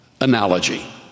analogy